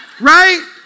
Right